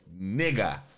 nigger